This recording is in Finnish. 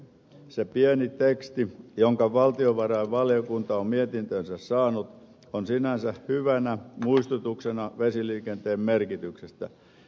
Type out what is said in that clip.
se pieni teksti jonka valtiovarainvaliokunta on mietintöönsä saanut on sinänsä hyvänä muistutuksena vesiliikenteen merkityksestä